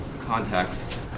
context